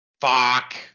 Fuck